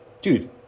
Dude